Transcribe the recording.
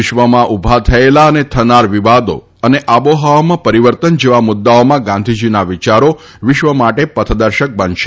વિશ્વમાં ઉભા થયેલા અને થનાર વિવાદો અને આબોહવામાં પરિવર્તન જેવા મુદ્દાઓમાં ગાંધીજીના વિચારો વિશ્વ માટે પથદર્શક બનશે